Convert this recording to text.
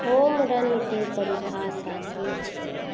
होम रनके परिभाषा कि छै